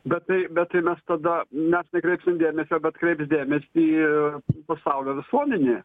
bet tai bet tai mes tada mes nekreipsim dėmesio bet kreips dėmesį pasaulio visuomenė